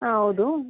ಹಾಂ ಹೌದು